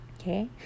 okay